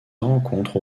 rencontre